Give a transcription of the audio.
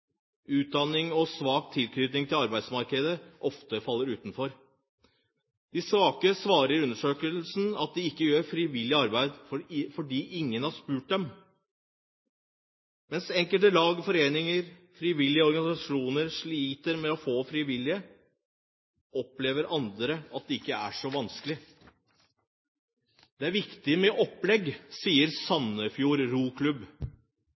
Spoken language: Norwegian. utdanning og svak tilknytning til arbeidsmarkedet ofte faller utenfor. De svake svarer i undersøkelsen at de ikke gjør frivillig arbeid fordi ingen har spurt dem. Mens enkelte lag, foreninger og frivillige organisasjoner sliter med å få frivillige, opplever andre at det ikke er så vanskelig. Det er viktig med et opplegg, sier Sandefjord Roklubb.